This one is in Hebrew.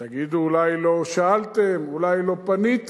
תגידו, אולי לא שאלתם, אולי לא פניתם,